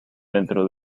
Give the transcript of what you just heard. dentro